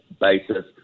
basis